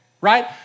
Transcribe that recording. right